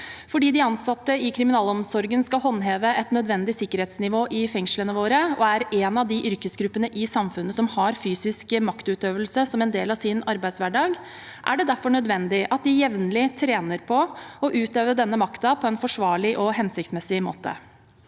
Fordi de ansatte i kriminalomsorgen skal håndheve et nødvendig sikkerhetsnivå i fengslene våre, og er en av de yrkesgruppene i samfunnet som har fysisk maktutøvelse som en del av sin arbeidshverdag, er det derfor nødvendig at de jevnlig trener på å utøve denne makten på en forsvarlig og hensiktsmessig måte.